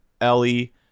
Ellie